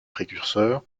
précurseur